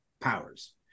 powers